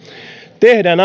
tehdään